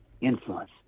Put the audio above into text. Influence